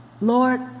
lord